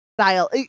style